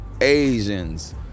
Asians